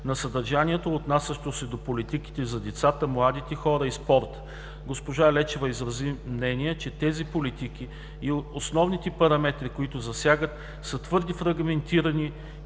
на съдържанието, отнасящо се до политиките за децата, младите хора и спорта. Госпожа Лечева изрази мнение, че тези политики и основните параметри, които засягат, са твърде фрагментирани